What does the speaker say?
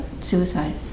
suicide